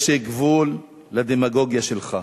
יש גבול לדמגוגיה שלך.